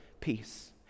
peace